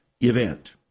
event